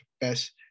best